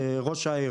ראש העיר,